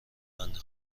بنده